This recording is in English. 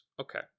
Okay